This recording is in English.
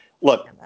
Look